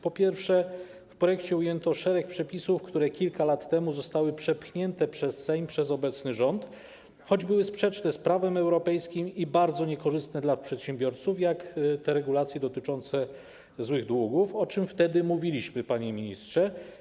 Po pierwsze, w projekcie ujęto szereg przepisów, które kilka lat temu zostały przepchnięte przez Sejm przez obecny rząd, choć były sprzeczne z prawem europejskim i bardzo niekorzystne dla przedsiębiorców, takich jak regulacje dotyczące złych długów, o czym wtedy mówiliśmy, panie ministrze.